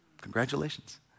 congratulations